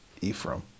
Ephraim